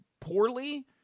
poorly –